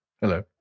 Hello